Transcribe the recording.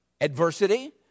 adversity